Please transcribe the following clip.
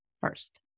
first